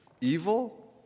evil